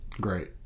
Great